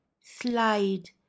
slide